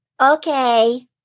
Okay